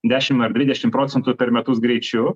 dešim ar dvidešim procentų per metus greičiu